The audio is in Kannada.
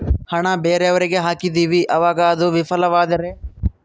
ಹಣ ಬೇರೆಯವರಿಗೆ ಹಾಕಿದಿವಿ ಅವಾಗ ಅದು ವಿಫಲವಾದರೆ?